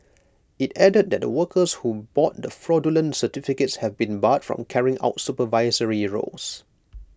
IT added that the workers who bought the fraudulent certificates have been barred from carrying out supervisory roles